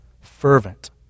fervent